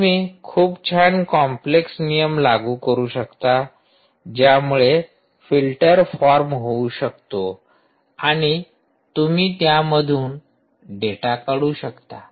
तुम्ही खूप छान कॉम्प्लेक्स नियम लागू करू शकता ज्यामुळे फिल्टर फॉर्म होऊ शकतो आणि तुम्ही त्यामधून डेटा काढू शकता